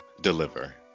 deliver